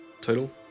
total